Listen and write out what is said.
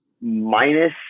minus